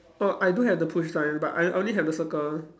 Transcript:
oh I don't have the push sign but I only have the circle